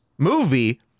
movie